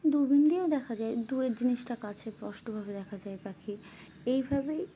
দূরবীন দিয়েও দেখা যায় দূরের জিনিসটা কাছে স্পষ্টভাবে দেখা যায় পাখি এইভাবেই